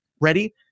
ready